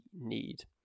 need